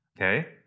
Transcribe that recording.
okay